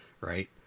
right